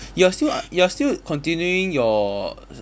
you are still you are still continuing your